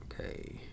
Okay